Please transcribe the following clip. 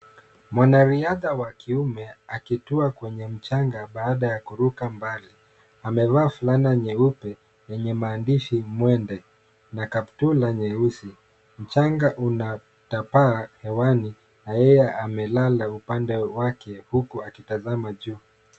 Mwanariadha wa kiume akitua kwenye mchanga baada ya kuruka mbali, amevaa fulana nyeupe yenye maandishi MWENDE na kaptula nyeusi, mchanga unatapakaa hewani na yeye amelala upande wake huku akitazama juu.